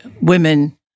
women